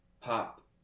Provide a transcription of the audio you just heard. pop